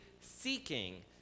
seeking